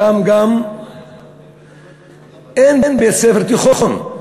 שם גם אין בית-ספר תיכון.